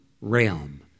realm